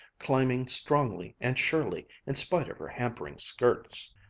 climbing strongly and surely in spite of her hampering skirts.